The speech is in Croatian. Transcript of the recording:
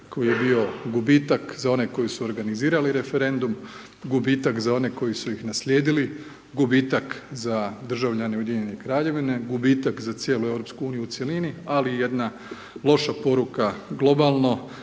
koji je bio gubitak za one koji su organizirali referendum, gubitak za one koji su ga naslijedili, gubitak za državljane Ujedinjene Kraljevine, gubitak za cijelu EU u cjelini, ali i jedna loša poruka globalno,